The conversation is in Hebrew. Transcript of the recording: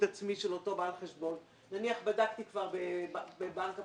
עצמי של אותו בעל חשבון נניח שפתחתי כבר חשבון בבנק הפועלים,